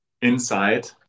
inside